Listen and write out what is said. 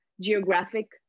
geographic